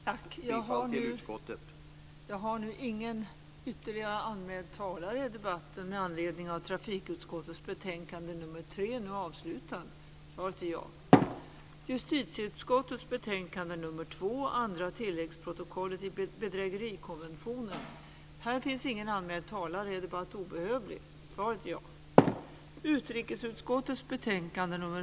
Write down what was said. Jag yrkar bifall till utskottets förslag.